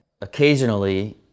occasionally